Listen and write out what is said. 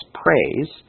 praise